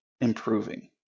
improving